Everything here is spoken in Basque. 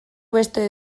beste